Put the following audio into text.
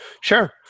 Sure